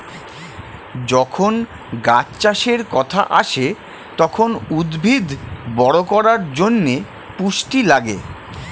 যখন গাছ চাষের কথা আসে, তখন উদ্ভিদ বড় করার জন্যে পুষ্টি লাগে